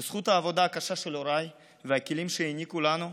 בזכות העבודה הקשה של הוריי והכלים שהעניקו לנו,